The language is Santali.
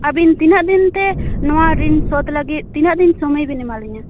ᱟᱹᱵᱤᱱ ᱛᱤᱱᱟᱹᱜ ᱫᱤᱱᱛᱮ ᱱᱚᱣᱟ ᱨᱤᱱ ᱥᱳᱫᱷ ᱞᱟᱹᱜᱤᱫ ᱛᱤᱱᱟᱹᱜ ᱫᱤᱱ ᱥᱚᱢᱚᱭ ᱵᱮᱱ ᱮᱢᱟ ᱞᱤᱧᱟᱹ